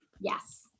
Yes